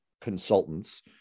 consultants